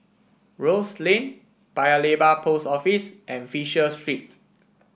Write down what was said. Rose Lane Paya Lebar Post Office and Fisher Street